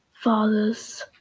father's